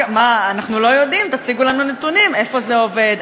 אנחנו לא יודעים, תציגו לנו נתונים, איפה זה עובד?